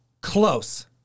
Close